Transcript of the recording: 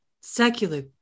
Secular